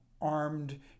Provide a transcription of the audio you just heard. Armed